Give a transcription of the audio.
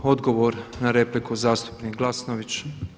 Odgovor na repliku zastupnik Glasnović.